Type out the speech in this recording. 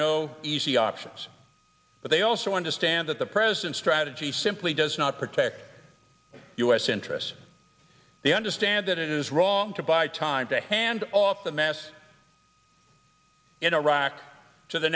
no easy options but they also understand that the president's strategy simply does not protect us interests they understand that it is wrong to buy time to hand off the mess in iraq to the